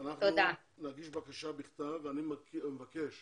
אני מדבר על לפחות 250,000,